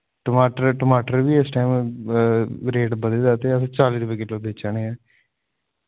टमाटर टमाटर वी इस टाइम रेट बधी दा ते अस चाली रपे किल्लो बेचा ने ऐ